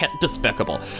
Despicable